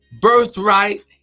birthright